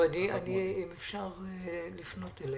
אם אפשר לפנות אליהם,